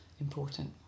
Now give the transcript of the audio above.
important